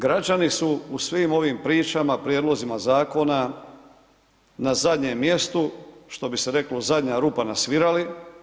Građani su u svim ovim pričama, prijedlozima zakona, na zadnjem mjestu, što bi se reklo, zadnja rupa na svirali.